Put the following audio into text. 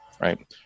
right